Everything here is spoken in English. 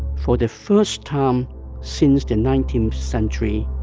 for the first time since the nineteenth century,